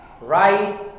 right